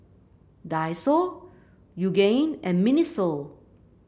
Daiso Yoogane and Miniso